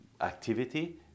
activity